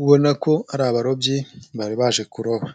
ubona ko ari abarobyi bari baje kuroba.